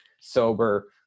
sober